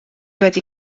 wedi